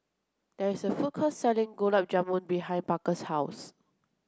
there is a food court selling Gulab Jamun behind Parker's house